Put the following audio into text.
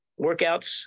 workouts